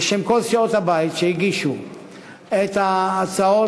בשם כל סיעות הבית שהגישו את ההצעות,